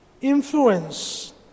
influence